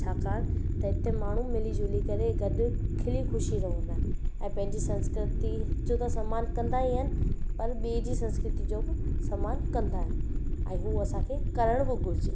छाकाणि त हिते माण्हू मिली जुली करे गॾु खिली ख़ुशी रहंदा ऐं पंहिंजी संस्कृति जो त सम्मान कंदा ई आहिनि पर ॿिए जी संस्कृति जो बि सम्मान कंदा आहिनि ऐं हूअ असांखे करण बि घुरिजे